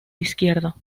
izquierdo